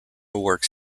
works